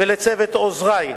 ולצוות עוזרי,